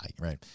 right